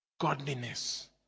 godliness